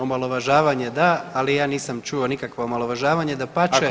Omalovažavanje da, ali ja nisam čuo nikakvo omalovažavanje, dapače.